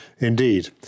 Indeed